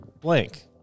blank